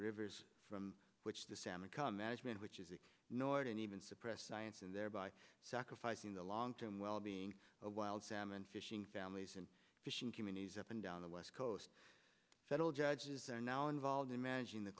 rivers from which the salmon come management which is the north and even suppressed science and thereby sacrificing the long term wellbeing of wild salmon fishing families and fishing communities up and down the west coast federal judges are now involved in managing the